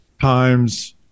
times